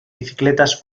bicicletas